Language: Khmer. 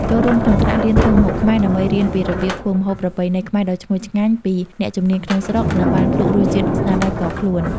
ចូលរួមក្នុងថ្នាក់រៀនធ្វើម្ហូបខ្មែរ ដើម្បីរៀនពីរបៀបធ្វើម្ហូបប្រពៃណីខ្មែរដ៏ឈ្ងុយឆ្ងាញ់ពីអ្នកជំនាញក្នុងស្រុក និងបានភ្លក់រសជាតិស្នាដៃផ្ទាល់ខ្លួន។